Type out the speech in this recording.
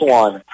one